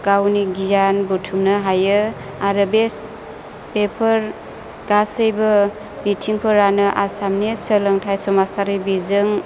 गावनि गियान बुथुमनो हायो आरो बे बेफोर गासैबो बिथिंफोरानो आसामनि सोलोंथाइ समाजारि बिजों